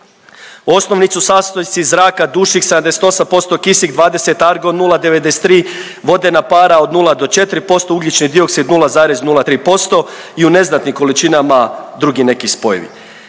Osnovni sastojci zraka, dušik 78%, kisik 20, argon 0,93, vodena para od 0 do 4%, ugljični dioksid 0,03% i u neznatnim količinama drugi neki spojevi.